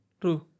True